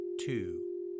two